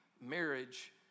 marriage